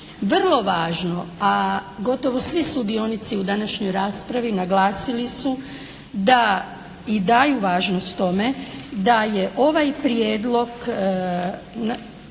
Vrlo važno, a gotovo svi sudionici u današnjoj raspravi naglasili su da i daju važnost tome, da je ovaj prijedlog,